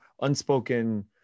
unspoken